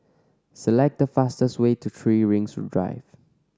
select the fastest way to Three Rings Drive